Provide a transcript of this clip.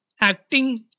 acting